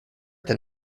than